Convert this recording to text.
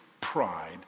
pride